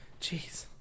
Jeez